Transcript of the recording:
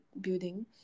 building